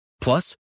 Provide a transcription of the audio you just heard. Plus